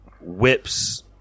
whips